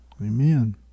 Amen